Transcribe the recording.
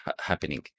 happening